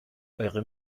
eure